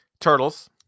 Turtles